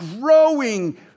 growing